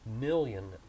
million